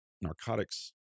narcotics